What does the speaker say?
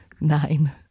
Nine